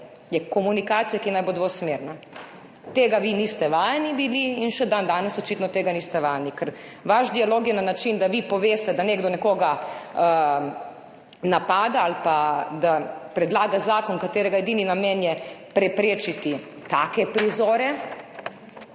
je komunikacija, ki naj bo dvosmerna. Tega vi niste bili vajeni in še dandanes očitno tega niste vajeni, ker vaš dialog je na način, da vi poveste, da nekdo nekoga napada ali pa da predlaga zakon, katerega edini namen je preprečiti take prizore.